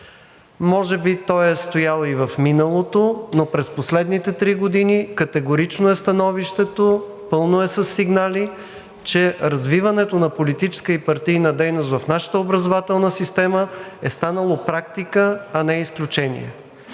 Може би той е стоял и в миналото, но през последните три години, категорично е становището, че е пълно със сигнали, че развиването на политическа и партийна дейност в нашата образователна система е станало практика, а не изключение.